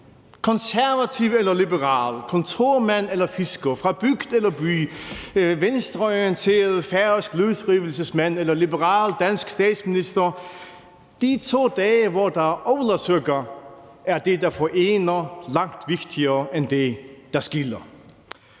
konservativ eller liberal, kontormand eller fisker, fra bygd eller by, venstreorienteret, færøsk løsrivelsesmand eller liberal dansk statsminister, er det i de 2 dage, hvor der er ólavsøka, langt vigtigere med det, der forener,